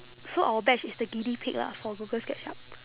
so our batch is the guinea pig lah for google sketchup